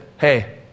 hey